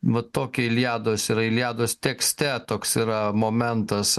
va tokį iliados yra iliados tekste toks yra momentas